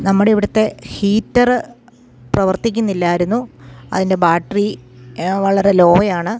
നമ്മുടെ ഇവിടുത്തെ ഹീറ്റർ പ്രവർത്തിക്കുന്നില്ലായിരുന്നു അതിൻ്റെ ബാറ്ററി വളരെ ലോയാണ്